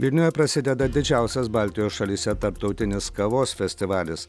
vilniuje prasideda didžiausias baltijos šalyse tarptautinis kavos festivalis